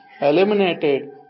eliminated